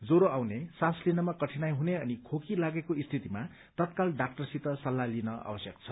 ज्वरो आउने श्वास लिनमा कठिनाई हुने अनि खोकी लागेको स्थितिमा तत्काल डाक्टरसित सल्लाह लिन आवश्यक छ